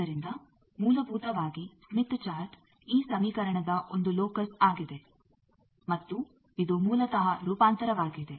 ಆದ್ದರಿಂದ ಮೂಲಭೂತವಾಗಿ Smith chart ಈ ಸಮೀಕರಣದ ಒಂದು ಲೋಕಸ್ ಆಗಿದೆ ಮತ್ತು ಇದು ಮೂಲತಃ ರೂಪಾಂತರವಾಗಿದೆ